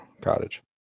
cottage